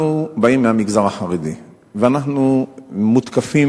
אנחנו באים מהמגזר החרדי ואנחנו מותקפים